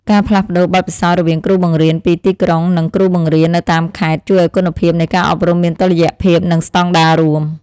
ការផ្លាស់ប្តូរបទពិសោធន៍រវាងគ្រូបង្រៀនពីទីក្រុងនិងគ្រូបង្រៀននៅតាមខេត្ត ជួយឱ្យគុណភាពនៃការអប់រំមានតុល្យភាពនិងស្តង់ដាររួម។